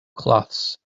cloths